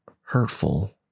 hurtful